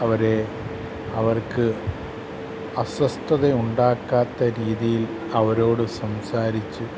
അവരെ അവർക്ക് അസ്വസ്ഥത ഉണ്ടാക്കാത്ത രീതിയിൽ അവരോട് സംസാരിച്ച്